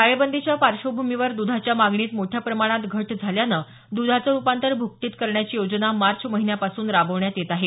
टाळेबंदीच्या पार्श्वभूमीवर दुधाच्या मागणीत मोठ्या प्रमाणात घट झाल्यानं दुधाचं रुपांतर भूकटीत करण्याची योजना मार्च महिन्यापासून राबवण्यात येत आहे